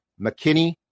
McKinney